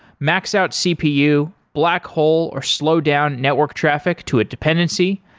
max out cpu, black hole or slow down network traffic to a dependency,